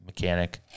mechanic